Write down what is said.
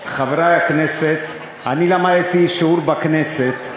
חברי חברי הכנסת, אני למדתי שיעור בכנסת,